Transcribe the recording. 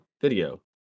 Video